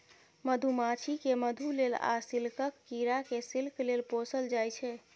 मधुमाछी केँ मधु लेल आ सिल्कक कीरा केँ सिल्क लेल पोसल जाइ छै